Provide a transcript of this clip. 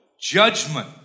judgment